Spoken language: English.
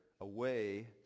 away